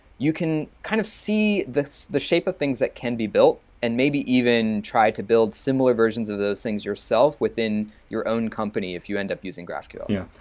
you can kind of see this the shape of things that can be built and maybe even try to build similar versions of those things yourself within your own company if you end up using graphql yeah.